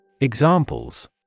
Examples